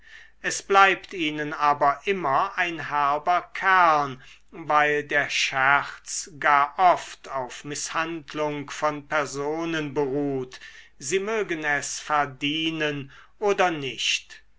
es bleibt ihnen aber immer ein herber kern weil der scherz gar oft auf mißhandlung von personen beruht sie mögen es verdienen oder nicht